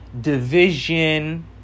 division